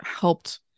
helped